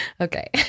Okay